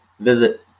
Visit